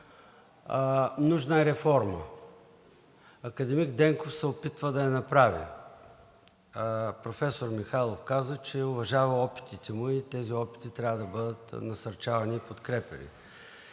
Нужна е реформа и академик Денков се опитва да я направи. Професор Михайлов каза, че уважава опитите му и тези опити трябва да бъдат насърчавани и подкрепяни.